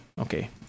okay